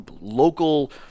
local